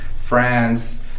France